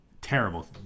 terrible